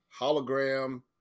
hologram